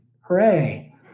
Hooray